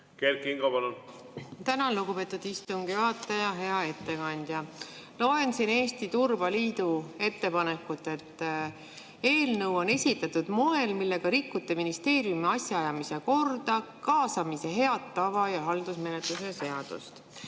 Kert Kingo, palun! Tänan, lugupeetud istungi juhataja! Hea ettekandja! Loen siin Eesti Turbaliidu ettepanekust, et eelnõu on esitatud moel, millega rikutakse ministeeriumi asjaajamise korda, kaasamise head tava ja haldusmenetluse seadust.